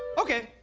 okay